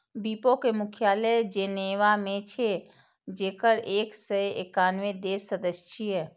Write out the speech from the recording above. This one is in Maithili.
विपो के मुख्यालय जेनेवा मे छै, जेकर एक सय एकानबे देश सदस्य छियै